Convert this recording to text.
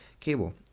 cable